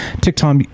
TikTok